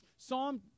Psalm